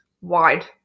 wide